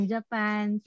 Japan